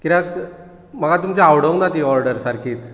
कित्याक म्हाका तुमची आवडूंक ना ती ऑर्डर सारकीच